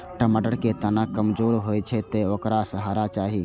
टमाटर के तना कमजोर होइ छै, तें ओकरा सहारा चाही